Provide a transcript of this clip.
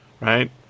right